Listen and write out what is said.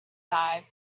dive